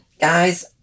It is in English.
guys